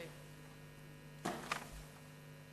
סליחה.